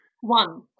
One